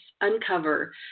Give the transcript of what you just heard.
uncover